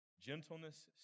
gentleness